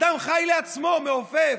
אדם חי לעצמו, מעופף,